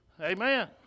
Amen